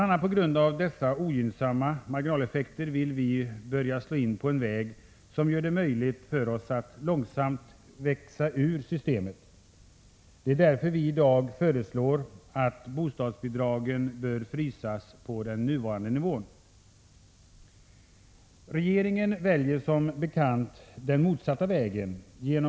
a. på grund av dessa ogynnsamma marginaleffekter vill vi slå in på en väg som gör det möjligt för oss att långsamt växa ur systemet. Det är därför vi i dag föreslår att bostadsbidragen bör frysas på den nuvarande nivån. Regeringen väljer som bekant den motsatta vägen, gen.